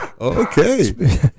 Okay